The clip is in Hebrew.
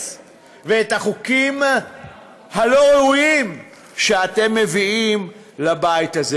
ואת החוקים הלא-ראויים שאתם מביאים לבית הזה.